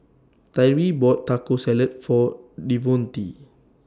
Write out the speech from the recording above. Tyree bought Taco Salad For Devonte